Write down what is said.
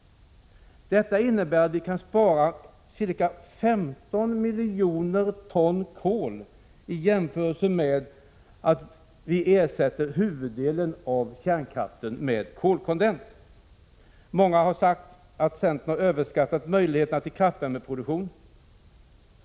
Detta innebär att vi kan spara ca 15 miljoner ton kol i jämförelse med att vi skulle ersätta huvuddelen av kärnkraften med kolkondens. Många har sagt att centern har överskattat möjligheterna till kraftvärmeproduktion.